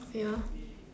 ya